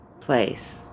place